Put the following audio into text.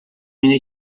اینه